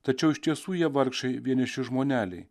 tačiau iš tiesų jie vargšai vieniši žmoneliai